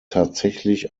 tatsächlich